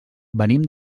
venim